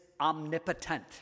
omnipotent